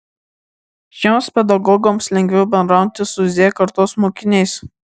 šiems pedagogams lengviau bendrauti su z kartos mokiniais